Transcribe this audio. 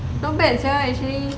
not bad sia actually